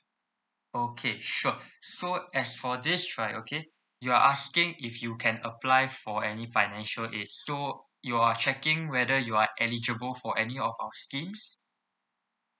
okay sure so as for this right okay you are asking if you can apply for any financial aid so you are checking whether you are eligible for any of our schemes